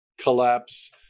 collapse